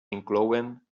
inclouen